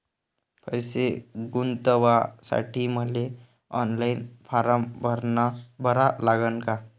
पैसे गुंतवासाठी मले ऑनलाईन फारम भरा लागन का?